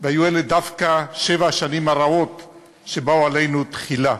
והיו אלה דווקא שבע השנים הרעות שבאו עלינו תחילה.